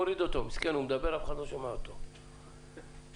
בוקר טוב, שמי